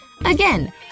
Again